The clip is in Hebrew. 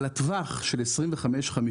אבל הטווח של 25-50